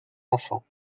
enfants